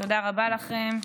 תודה רבה לכם.